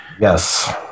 Yes